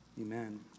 Amen